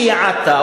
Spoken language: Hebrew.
התקציב שייעדת,